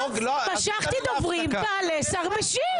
משכתי דוברים תעלה שר משיב.